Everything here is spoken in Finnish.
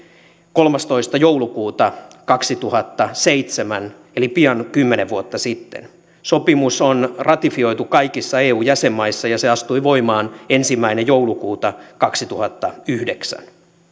kolmastoista joulukuuta kaksituhattaseitsemän eli pian kymmenen vuotta sitten sopimus on ratifioitu kaikissa eu jäsenmaissa ja se astui voimaan ensimmäinen joulukuuta kaksituhattayhdeksän